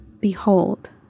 Behold